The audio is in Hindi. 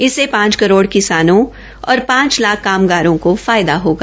इससे पांच करोड़ किसाने और पांच लाख कामगारों को फायदा होगा